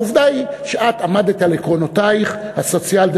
העובדה היא שאת עמדת על עקרונותייך הסוציאל-דמוקרטיים,